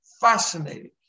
Fascinating